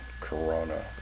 Corona